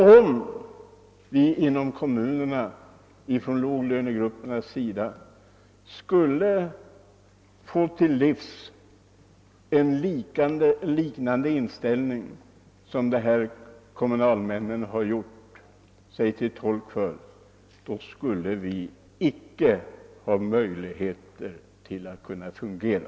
Om man från låglönegruppernas sida över huvud taget skulle ådagalägga en inställning liknande den dessa kommunalmän givit prov på, skulle samhället i dess helhet inte kunna fungera.